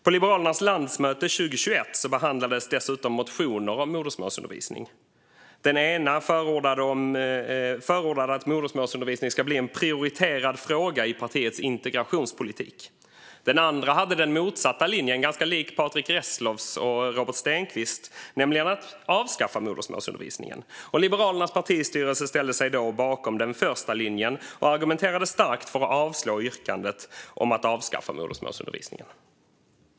På Liberalernas landsmöte 2021 behandlades dessutom motioner om modersmålsundervisning. Den ena förordade att modersmålsundervisning ska bli en prioriterad fråga i partiets integrationspolitik. Den andra hade den motsatta linjen, som är ganska lik Patrick Reslows och Robert Stenkvists, nämligen att avskaffa modersmålsundervisningen. Liberalernas partistyrelse ställde sig då bakom den första linjen och argumenterade starkt för att avslå yrkandet om att avskaffa modersmålsundervisningen.